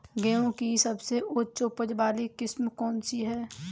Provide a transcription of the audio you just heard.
गेहूँ की सबसे उच्च उपज बाली किस्म कौनसी है?